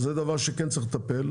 אז זה דבר שכן צריך לטפל.